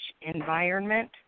environment